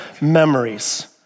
memories